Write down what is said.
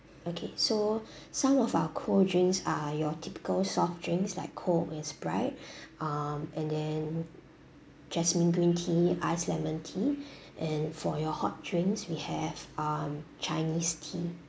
okay so some of our cold drinks are your typical soft drinks like coke and sprite um and then jasmine green tea ice lemon tea and for your hot drinks we have um chinese tea